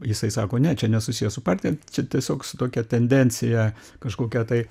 jisai sako ne čia nesusiję su partija čia tiesiog su tokia tendencija kažkokia tai